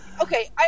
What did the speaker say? Okay